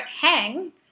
hang